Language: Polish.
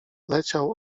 leciał